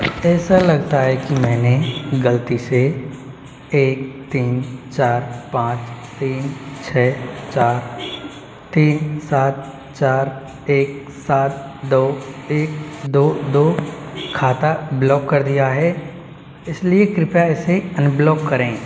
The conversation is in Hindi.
ऐसा लगता है कि मैंने गलती से एक तीन चार पाँच तीन छह चार तीन सात चार एक सात दो एक दो दो खाता ब्लॉक कर दिया है इसलिए कृपया इसे अनब्लॉक करें